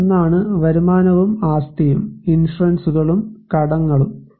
അതിലൊന്നാണ് വരുമാനവും ആസ്തിയും ഇൻഷുറൻസും കടങ്ങളും